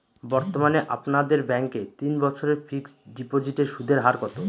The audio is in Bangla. বর্তমানে আপনাদের ব্যাঙ্কে তিন বছরের ফিক্সট ডিপোজিটের সুদের হার কত?